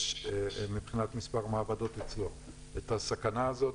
מבחינת מספר מעבדות אצלו, שיש את הסכנה הזאת,